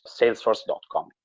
salesforce.com